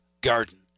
garden